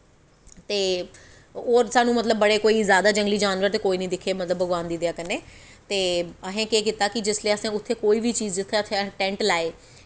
ते होर सानूं मतलब बड़े कोई जैदा जंगली जानवर ते कोई नेईं दिक्खे भगवान दी दया कन्ने ते असें केह् कीता जिसलै उत्थै कोई बी चीज जित्थै असें टैंट लाए